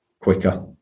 quicker